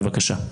בבקשה.